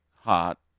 hot